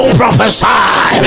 prophesy